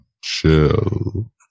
Chill